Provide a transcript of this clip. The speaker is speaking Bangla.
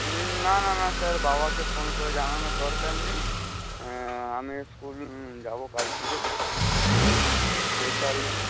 না না না স্যার বাবাকে ফোন করে জানানোর দরকার নেই আমি স্কুল যাবো কাল থেকে সেই তালে